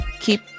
keep